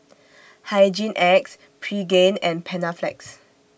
Hygin X Pregain and Panaflex